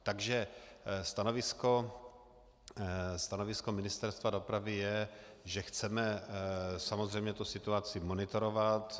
Takže stanovisko Ministerstva dopravy je, že chceme samozřejmě situaci monitorovat.